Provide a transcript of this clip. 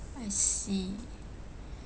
I s~ see